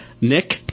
Nick